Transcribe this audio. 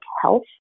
health